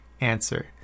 answer